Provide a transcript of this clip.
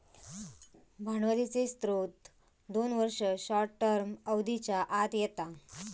भांडवलीचे स्त्रोत दोन वर्ष, शॉर्ट टर्म अवधीच्या आत येता